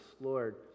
Lord